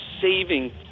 saving